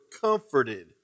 comforted